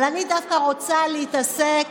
אבל אני דווקא רוצה להתעסק